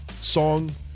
song